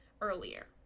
earlier